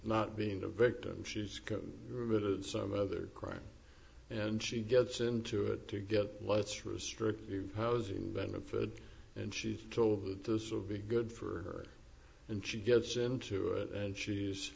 not being a victim she's gotten rid of some other crime and she gets into it to get less restrictive housing benefit and she's told that this will be good for her and she gets into it and she's